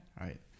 Right